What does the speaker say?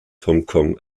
hongkong